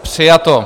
Přijato.